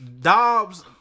Dobbs